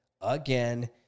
again